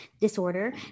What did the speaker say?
disorder